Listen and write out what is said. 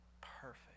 perfect